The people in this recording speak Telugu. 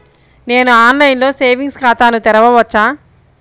నేను ఆన్లైన్లో సేవింగ్స్ ఖాతాను తెరవవచ్చా?